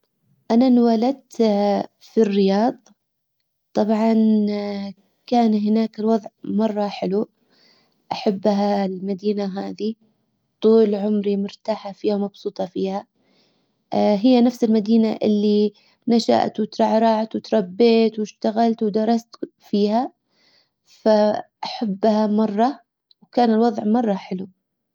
انا انولدت في الرياض. طبعا كان هناك الوضع مرة حلو. احبها المدينة هذي. طول عمري مرتاحة فيها ومبسوطة فيها. هي نفس المدينة اللي نشأت وترعرعت وتربيت واشتغلت ودرست فيها فاحبها مرة وكان الوضع مرة حلو.